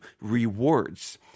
rewards